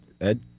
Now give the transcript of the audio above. Ed